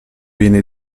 viene